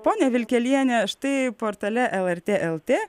ponia vilkeliene štai portale lrt lt